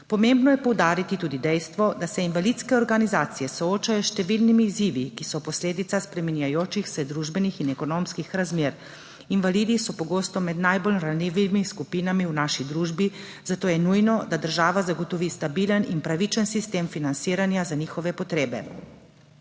Pomembno je poudariti tudi dejstvo, da se invalidske organizacije soočajo s številnimi izzivi, ki so posledica spreminjajočih se družbenih in ekonomskih razmer. Invalidi so pogosto med najbolj ranljivimi skupinami v naši družbi, zato je nujno, da država zagotovi stabilen in pravičen sistem financiranja za njihove potrebe.